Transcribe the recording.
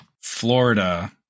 Florida